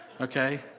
Okay